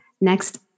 next